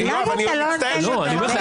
למה אתה לא נותן לדבר?